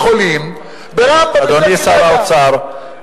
הצעת חוק לתיקון פקודת התעבורה (מאסר מינימום בשל הפקרת